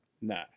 No